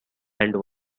and